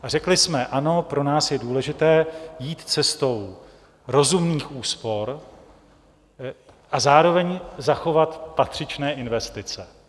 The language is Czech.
A řekli jsme ano, pro nás je důležité jít cestou rozumných úspor a zároveň zachovat patřičné investice.